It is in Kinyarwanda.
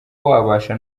wabasha